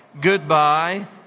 goodbye